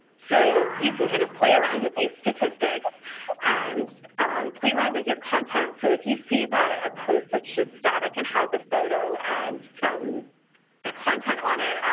so you can kind of play around with these statistics and play around with your content. so if you see that a post that's just static and has a photo and some content on it,